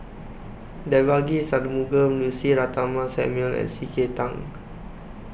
Devagi Sanmugam Lucy Ratnammah Samuel and C K Tang